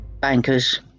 bankers